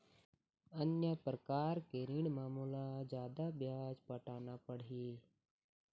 अन्य प्रकार के ऋण म मोला का जादा ब्याज पटाना पड़ही?